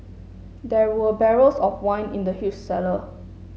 there were barrels of wine in the huge cellar